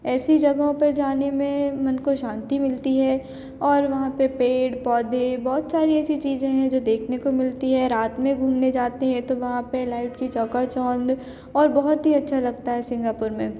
ऐसी जगहों पर जाने में मन को शान्ति मिलती है और वहाँ पर पेड़ पौधे बहुत सारी ऐसी चीजें हैं जो देखने को मिलती हैं रात में घूमने जाते हैं तो वहाँ पर लाइट की चकाचौंध और बहुत ही अच्छा लगता है सिंगापुर में